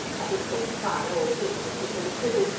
at a state trial all prisoners had been acquitted,